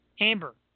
Amber